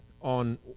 on